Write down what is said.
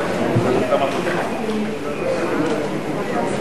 ההסתייגות שנתקבלה, נתקבלו.